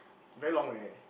very long eh